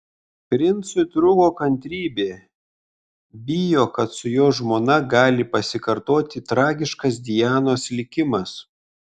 princui trūko kantrybė bijo kad su jo žmona gali pasikartoti tragiškas dianos likimas